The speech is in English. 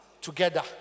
together